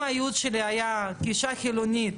אם כאישה חילונית,